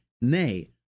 Nay